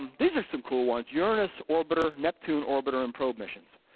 these are some cool ones, uranus orbiter, neptune orbiter and probe missions.